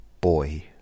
Boy